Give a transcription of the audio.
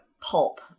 pulp